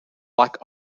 like